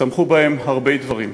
וצמחו בהם הרבה דברים: